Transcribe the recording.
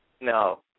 No